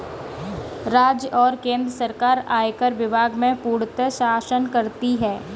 राज्य और केन्द्र सरकार आयकर विभाग में पूर्णतयः शासन करती हैं